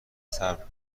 صبر